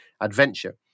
adventure